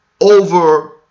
over